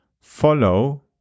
Follow